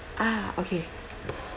ah okay